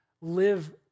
live